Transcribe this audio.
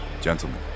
gentlemen